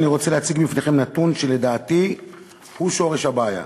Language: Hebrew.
אני רוצה להציג בפניכם נתון שלדעתי הוא שורש הבעיה: